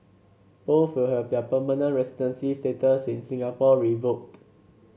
both will have their permanent residency status in Singapore revoked